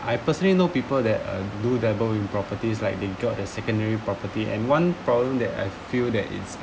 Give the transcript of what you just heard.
I personally know people that uh new level in properties like they got their secondary property and one problem that I feel that it's